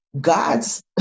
God's